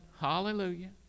Hallelujah